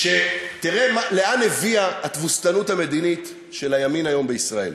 תראה לאן הביאה התבוסתנות המדינית של הימין היום בישראל,